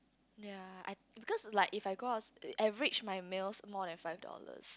ya I because like if I go outs~ average my meal more than five dollars